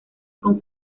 con